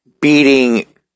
beating